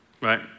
right